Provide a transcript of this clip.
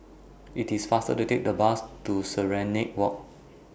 IT IS faster to Take The Bus to Serenade Walk